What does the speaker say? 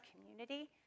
community